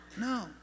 no